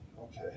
Okay